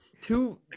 two